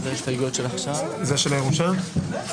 הישיבה ננעלה בשעה 12:23.